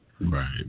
Right